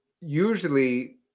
usually